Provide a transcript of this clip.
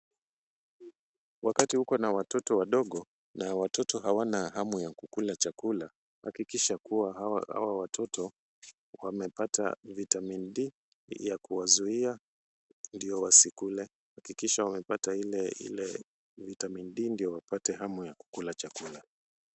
Wakati uko na watoto wadogo na watoto hawana hamu ya kukula chakula, hakikisha kuwa hawa watoto wamepata vitamin D [ cs] ya kuwazuia ndio wasikule. Hakikisha umepata ile vitamin D ndio wapate hamu ya kukula chakula.